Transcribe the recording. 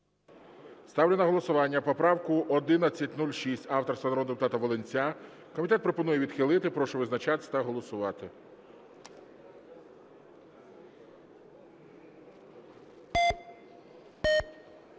Ставлю на голосування поправку 1106 авторства народного депутата Волинця. Комітет пропонує відхилити. Прошу визначатись та голосувати.